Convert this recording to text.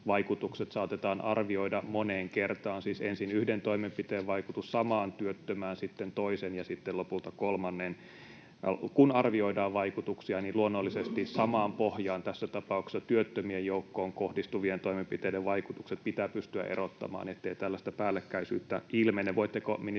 saatetaan arvioida moneen kertaan, siis ensin yhden toimenpiteen vaikutus samaan työttömään, sitten toisen ja sitten lopulta kolmannen. Kun arvioidaan vaikutuksia, niin luonnollisesti samaan pohjaan, tässä tapauksessa työttömien joukkoon, kohdistuvien toimenpiteiden vaikutukset pitää pystyä erottamaan, ettei tällaista päällekkäisyyttä ilmene. Voitteko, ministeri